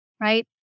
Right